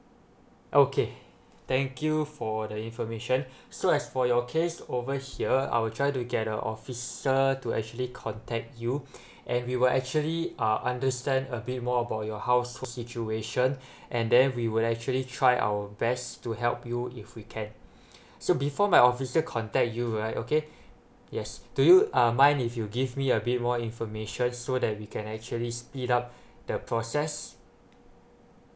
okay thank you for the information so as for your case over here I'll try to get a officer to actually contact you and we will actually uh understand a bit more about your household situation and then we will actually try our best to help you if we can so before my officer contact you right okay yes do you uh mind if you give me a bit more information so that we can actually speed up the process